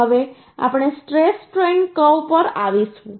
હવે આપણે stress strain curve પર આવીશું